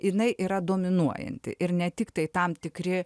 ir jinai yra dominuojanti ir ne tik tai tam tikri